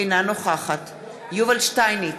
אינה נוכחת יובל שטייניץ,